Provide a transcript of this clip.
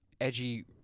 edgy